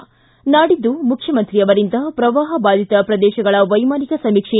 ಿ ನಾಡಿದ್ದು ಮುಖ್ಯಮಂತ್ರಿ ಅವರಿಂದ ಪ್ರವಾಹಬಾಧಿತ ಪ್ರದೇಶಗಳ ವೈಮಾನಿಕ ಸಮೀಕ್ಷೆ